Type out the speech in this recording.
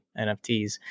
NFTs